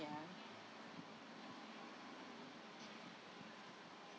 ya